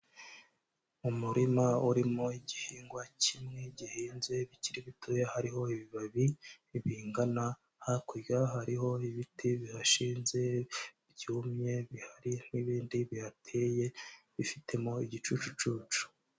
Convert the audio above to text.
Umurima urimo igihingwa kimwe gihinze bikiri bitoya hariho ibibabi bingana, hakurya hariho ibiti bihashinze byumye bihari, n'ibindi bihateye bifitemo igicucucucu.